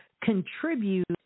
contribute